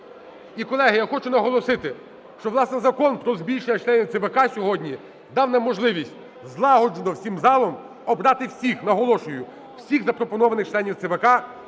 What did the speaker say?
І, колеги, я хочу наголосити, що, власне, Закон про збільшення членів ЦВК сьогодні дав нам можливість злагоджено всім залом обрати всіх, наголошую, всіх запропонованих членів ЦВК,